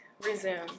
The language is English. Resume